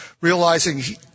realizing